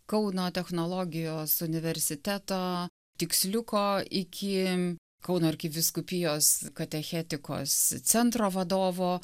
kauno technologijos universiteto tiksliuko iki kauno arkivyskupijos katechetikos centro vadovo